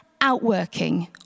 outworking